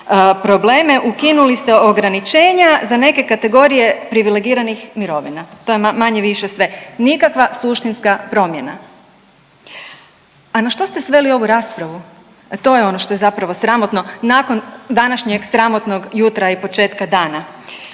probleme, ukinuli ste ograničenja za neke kategorije privilegiranih mirovina. To je manje-više sve. Nikakva suštinska promjena. A na što ste sveli ovu raspravu? To je ono što je zapravo sramotno nakon današnjeg sramotnog jutra i početka dana.